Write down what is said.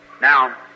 Now